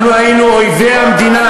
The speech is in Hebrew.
אנחנו היינו אויבי המדינה,